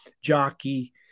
jockey